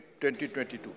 2022